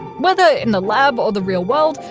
whether in the lab or the real world,